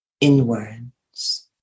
inwards